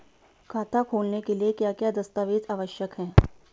खाता खोलने के लिए क्या क्या दस्तावेज़ आवश्यक हैं?